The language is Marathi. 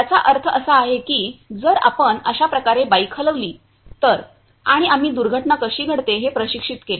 याचा अर्थ असा आहे की जर आपण अशा प्रकारे बाईक हलविली तर आणि आम्ही दुर्घटना कशी घडते हे प्रशिक्षित केले